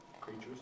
Creatures